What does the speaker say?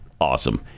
Awesome